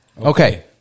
Okay